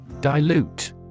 Dilute